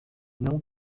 não